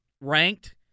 ranked